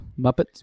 Muppets